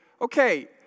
okay